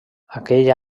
aquell